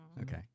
okay